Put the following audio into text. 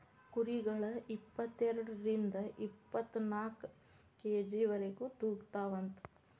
ಕುರಿಗಳ ಇಪ್ಪತೆರಡರಿಂದ ಇಪ್ಪತ್ತನಾಕ ಕೆ.ಜಿ ವರೆಗು ತೂಗತಾವಂತ